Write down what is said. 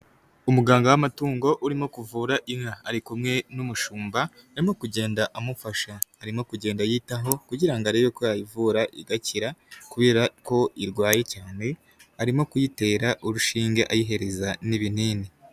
Umuganga w'amatungo urimo kuvura inka ari kumwe n'umushumba, arimo kugenda amufasha, arimo kugenda ayitaho kugira ngo arebe ko yayivura igakira, kubera ko irwaye cyane, arimo kuyitera urushinge ayihereza n'ibinini.